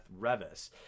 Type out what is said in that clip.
Revis